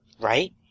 right